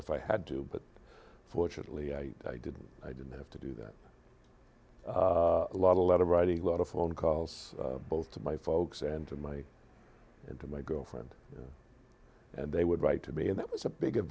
if i had to but fortunately i didn't i didn't have to do that a lot a lot of writing a lot of phone calls both to my folks and to my and to my girlfriend and they would write to me and that was a big